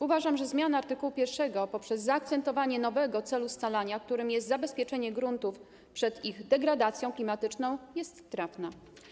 Uważam, że zmiana art. 1 poprzez zaakcentowanie nowego celu scalania, którym jest zabezpieczenie gruntów przed ich degradacją klimatyczną, jest trafna.